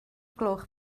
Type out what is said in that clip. gloch